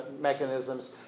mechanisms